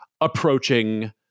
approaching